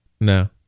No